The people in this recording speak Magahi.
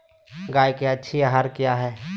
गाय के अच्छी आहार किया है?